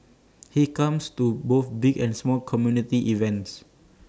he comes to both big and small community events